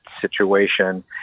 situation